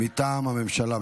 מטעם הממשלה.